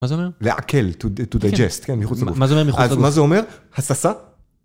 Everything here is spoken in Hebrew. מה זה אומר? לעכל, to digest, כן, מחוץ לגוף. מה זה אומר מחוץ לגוף? מה זה אומר? הססה?